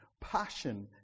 Passion